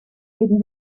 heben